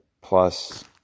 plus